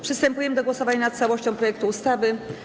Przystępujemy do głosowania nad całością projektu ustawy.